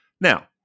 Now